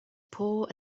poor